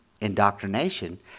indoctrination